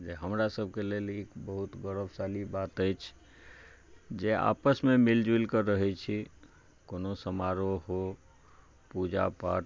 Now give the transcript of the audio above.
जे हमरा सभके लेल ई बहुत गौरवशाली बात अछि जे आपसमे मिल जुलके रहै छी कोनो समारोह हो पूजा पाठ